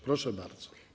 Proszę bardzo.